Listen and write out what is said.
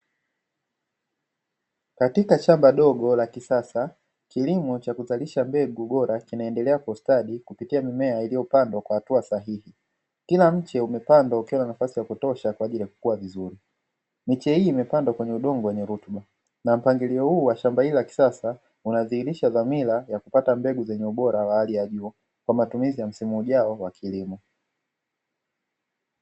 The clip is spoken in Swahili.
Katika shamba dogo la kisasa kilimo cha kuzalisha mbegu bora kinaendelea kustawi kupitia mimea iliyopandwa kwa hatua sahihi, kila mche umepandwa ukiwa na nafasi yakutosha kwa ajili ya kukua vizuri. Miche hii imepandwa kwenye udongo wenye rutuba na mpangilio huu wa shamba hili la kisasa unadhihirisha dhamira ya kupata mbegu zenye ubora wa hali ya juu kwa matumizi ya msimu ujao wa kilimo.